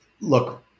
look